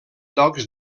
tocs